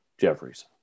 Jeffries